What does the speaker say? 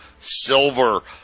Silver